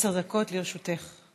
עשר דקות לרשותך.